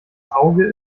auge